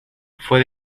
fue